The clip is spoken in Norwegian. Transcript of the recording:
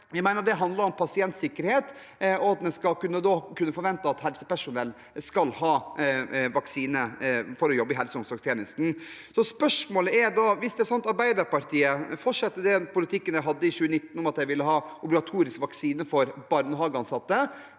Vi mener at det handler om pasientsikkerhet, og at en skal kunne forvente at helsepersonell har vaksinert seg for å jobbe i helse- og omsorgstjenesten. Spørsmålet er da: Hvis det er slik at Arbeiderpartiet fortsatt har den politikken de hadde i 2019, om at de ville ha obligatorisk vaksine for barnehageansatte,